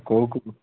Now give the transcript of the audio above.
କେଉଁ କେଉଁ